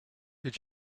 did